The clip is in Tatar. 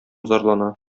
зарлана